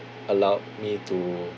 allowed me to